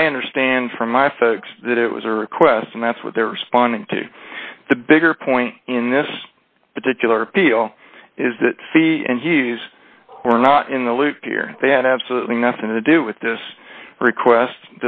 i understand from my folks that it was a request and that's what they're responding to the bigger point in this particular deal is that he's not in the loop here they had absolutely nothing to do with this request